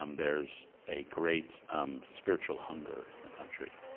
um there's a great spiritual hunger in the country.